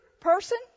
person